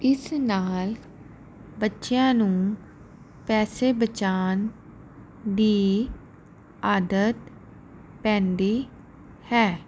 ਇਸ ਨਾਲ ਬੱਚਿਆਂ ਨੂੰ ਪੈਸੇ ਬਚਾਉਣ ਦੀ ਆਦਤ ਪੈਂਦੀ ਹੈ